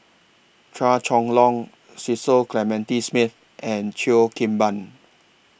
Chua Chong Long Cecil Clementi Smith and Cheo Kim Ban